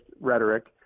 rhetoric